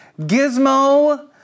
gizmo